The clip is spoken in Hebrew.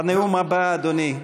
זה בנאום הבא, אדוני.